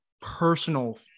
personal